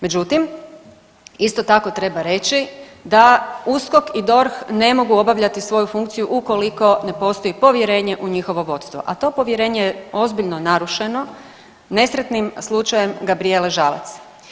Međutim, isto tako treba reći da USKOK i DORH ne mogu obavljati svoju funkciju ukoliko ne postoji povjerenje u njihovo vodstvo, a to povjerenje je ozbiljno narušeno nesretnim slučajem Gabrijele Žalac.